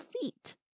feet